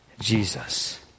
Jesus